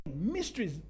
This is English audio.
Mysteries